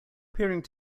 appearing